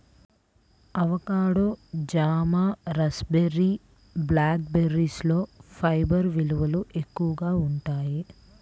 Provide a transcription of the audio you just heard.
avocado, జామ, raspberry, black బెర్రీలలో fibre విలువలు ఎక్కువగా ఉంటాయి